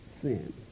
sin